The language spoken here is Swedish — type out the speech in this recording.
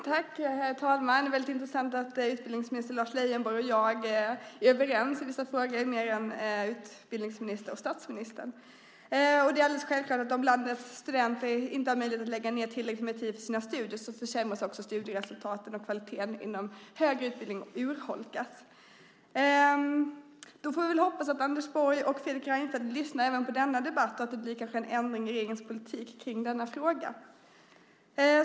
Herr talman! Det är väldigt intressant att utbildningsminister Lars Leijonborg och jag är mer överens i vissa frågor än utbildningsministern och statsministern. Det är alldeles självklart att om landets studenter inte har möjlighet att lägga ned tillräckligt med tid på sina studier försämras också studieresultaten och kvaliteten inom högre utbildning urholkas. Vi får väl hoppas att Anders Borg och Fredrik Reinfeldt lyssnar även på denna debatt och att det kanske blir en ändring i regeringens politik i denna fråga.